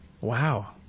Wow